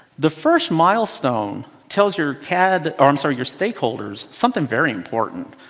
the first milestone tells your cad or i'm sorry your stakeholders something very important.